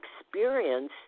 experience